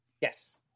Yes